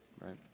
right